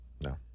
No